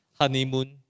honeymoon